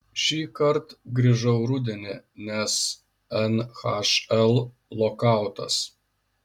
šįkart grįžau rudenį nes nhl lokautas